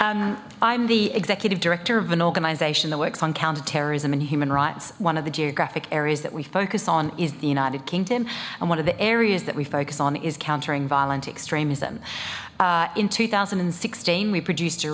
reality i'm the executive director of an organization that works on counterterrorism and human rights one of the geographic areas that we focus on is the united kingdom and one of the areas that we focus on is countering violent extremism in two thousand and sixteen we produce